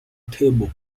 cable